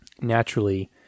naturally